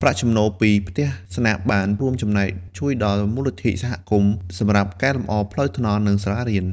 ប្រាក់ចំណូលពីផ្ទះស្នាក់បានរួមចំណែកជួយដល់ មូលនិធិសហគមន៍ សម្រាប់កែលម្អផ្លូវថ្នល់ និងសាលារៀន។